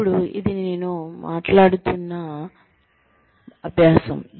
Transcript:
ఇప్పుడు ఇది నేను మాట్లాడుతున్న అభ్యాసం